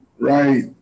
right